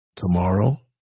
tomorrow